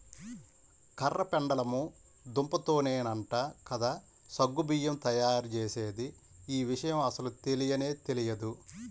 కర్ర పెండలము దుంపతోనేనంట కదా సగ్గు బియ్యం తయ్యారుజేసేది, యీ విషయం అస్సలు తెలియనే తెలియదు